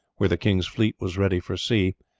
where the king's fleet was ready for sea,